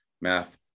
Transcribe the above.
math